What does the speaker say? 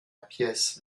pièce